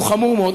הוא חמור מאוד.